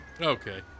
Okay